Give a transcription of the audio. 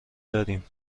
داریم